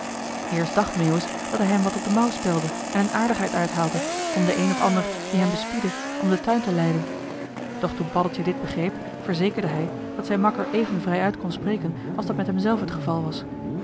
eerst dacht meeuwis dat hij hem wat op den mouw spelde en een aardigheid uithaalde om den een of ander die hen bespiedde om den tuin te leiden doch toen paddeltje dit begreep verzekerde hij dat zijn makker even vrij uit kon spreken als dat met hem zelf het geval was